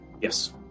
Yes